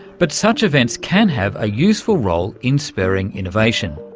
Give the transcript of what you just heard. but such events can have a useful role in spurring innovation.